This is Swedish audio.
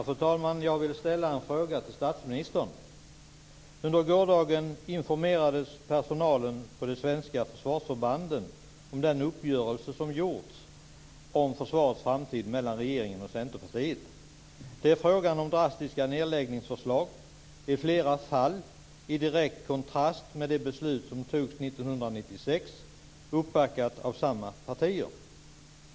Fru talman! Jag vill ställa en fråga till statsministern. Under gårdagen informerades personalen på de svenska försvarsförbanden om den uppgörelse som gjorts mellan regeringen och Centerpartiet om försvarets framtid. Det är fråga om drastiska nedläggningsförslag, i flera fall i direkt kontrast till det beslut som fattades 1996, uppbackat av samma partier.